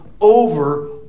over